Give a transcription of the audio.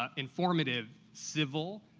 ah informative, civil,